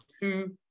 two